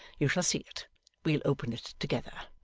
you shall see it we'll open it together.